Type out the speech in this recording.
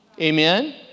Amen